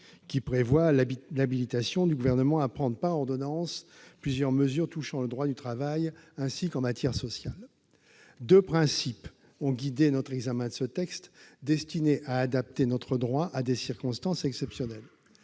qui prévoit l'habilitation du Gouvernement à prendre par ordonnances plusieurs mesures touchant au droit du travail ainsi qu'en matière sociale. Deux principes ont guidé notre examen de ce texte destiné à adapter notre droit à des circonstances exceptionnelles